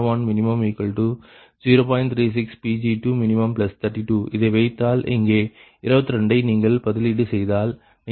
36 Pg2min32 இதை வைத்தால் இங்கே 22 ஐ நீங்கள் பதிலீடு செய்தால் நீங்கள் 2 2min0